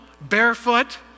barefoot